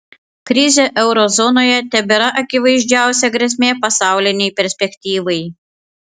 krizė euro zonoje tebėra akivaizdžiausia grėsmė pasaulinei perspektyvai